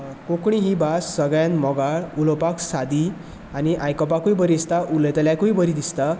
कोंकणी ही भास सगळ्यान मोगाळ उलोवपाक सादी आनी आयकोपाकय बरी दिसता उलयतल्याकूय बरी दिसता